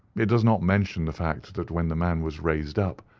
it does not mention the fact that when the man was raised up,